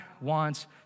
wants